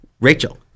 Rachel